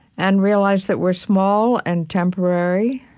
and realize that we're small and temporary